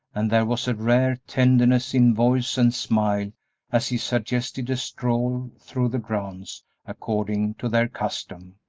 and there was a rare tenderness in voice and smile as he suggested a stroll through the grounds according to their custom,